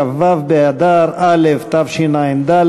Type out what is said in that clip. כ"ו באדר א' התשע"ד,